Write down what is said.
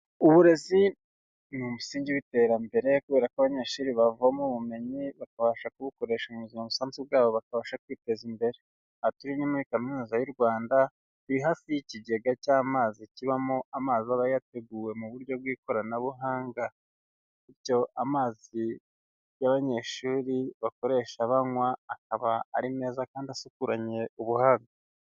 Uburezi ni umusingi w'iterambere kubera ko abanyeshuri bavoma ubumenyi bakabasha kubukoresha mu busanzwe bwabo bakabasha kwiteza imbere. Aha turi ni muri Kaminuza y'u Rwanda iri hafi y'ikigega cy'amazi kibamo amazi aba yateguwe mu buryo bw'ikoranabuhanga, bityo amazi y'abanyeshuri bakoresha banywa akaba ari meza kandi asukuranye ubuhanga.